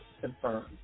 confirmed